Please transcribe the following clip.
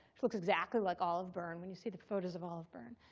she looks exactly like olive byrne when you see the photos of olive byrne.